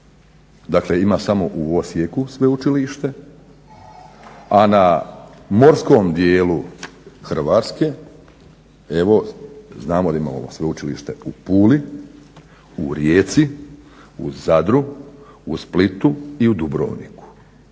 Dakle, ima samo u Osijeku sveučilište, a na morskom dijelu Hrvatske evo znamo da imamo Sveučilište u Puli, u Rijeci, u Zadru, u Splitu i u Dubrovniku.